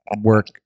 work